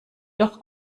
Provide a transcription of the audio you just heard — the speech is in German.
doch